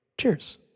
Cheers